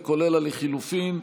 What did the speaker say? וכולל הלחלופין,